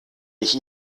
ich